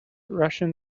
russian